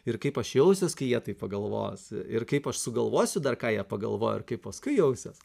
ir kaip aš jausiuos kai jie taip pagalvos ir kaip aš sugalvosiu dar ką jie pagalvojo kaip paskui jausiuos